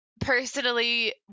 personally